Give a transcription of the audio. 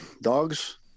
dogs